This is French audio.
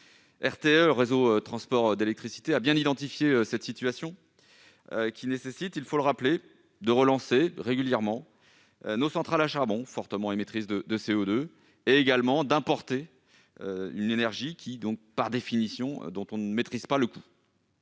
son approvisionnement électrique. RTE a bien identifié cette situation qui nécessite, il faut le rappeler, de relancer régulièrement nos centrales à charbon, fortement émettrices de CO2, et d'importer une énergie dont, par définition, on ne maîtrise pas le coût.